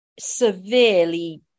severely